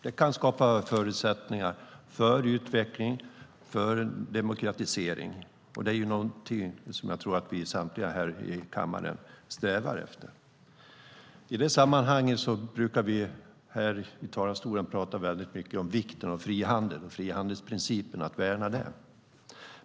Det kan skapa förutsättningar för utveckling och för demokratisering, och det är någonting som jag tror att vi samtliga här i kammaren strävar efter. I det sammanhanget brukar vi här i talarstolen prata mycket om vikten av frihandel och frihandelsprincipen och om att värna det.